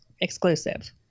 exclusive